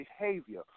behavior